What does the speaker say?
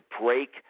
break